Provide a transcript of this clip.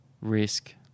risk